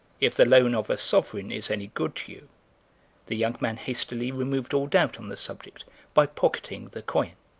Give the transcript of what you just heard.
if the loan of a sovereign is any good to you the young man hastily removed all doubt on the subject by pocketing the coin.